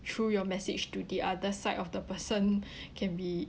through your message to the other side of the person can be